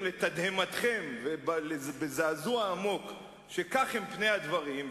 לתדהמתכם ובזעזוע עמוק שכך הם פני הדברים,